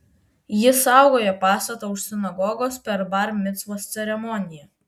jis saugojo pastatą už sinagogos per bar micvos ceremoniją